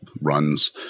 runs